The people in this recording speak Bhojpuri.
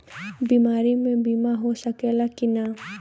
बीमारी मे बीमा हो सकेला कि ना?